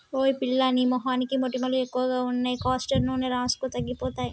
ఓయ్ పిల్లా నీ మొహానికి మొటిమలు ఎక్కువగా ఉన్నాయి కాస్టర్ నూనె రాసుకో తగ్గిపోతాయి